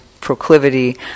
proclivity